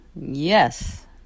Yes